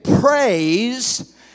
Praise